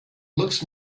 looks